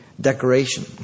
decoration